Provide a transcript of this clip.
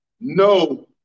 no